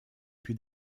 più